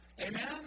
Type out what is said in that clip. Amen